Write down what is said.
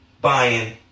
buying